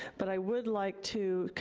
but i would like to